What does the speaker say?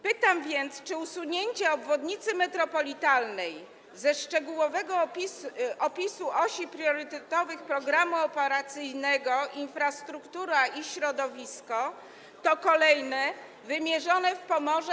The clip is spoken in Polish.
Pytam więc: Czy usunięcie obwodnicy metropolitalnej ze szczegółowego opisu osi priorytetowych Programu Operacyjnego „Infrastruktura i środowisko” to kolejne decyzje PiS wymierzone w Pomorze?